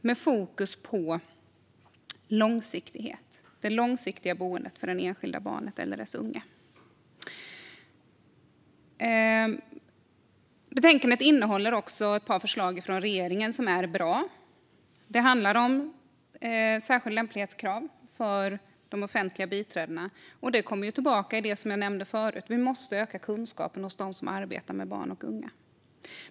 Fokus ska vara på långsiktighet, på ett långsiktigt boende för det enskilda barnet eller den enskilda unga. Betänkandet innehåller ett par förslag från regeringen som är bra. Det gäller särskilda lämplighetskrav för de offentliga biträdena. Det knyter an till det som jag nämnde förut om att vi måste öka kunskapen hos dem som arbetar med barn och unga.